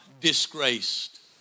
disgraced